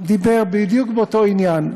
דיבר בדיוק באותו עניין.